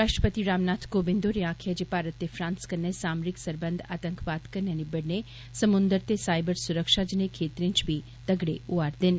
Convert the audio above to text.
राष्ट्रपति रामनाथ कोविन्द होरें आक्खेया ऐ जे भारत ते फ्रांस कन्नै सामरिक सरबंध आंतकवाद कन्नै विबड़ने समुन्द्र ते साइबर सुरक्षा ज्नेह खेत्रें च बी तगड़े होआ'र दे न